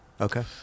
okay